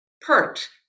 pert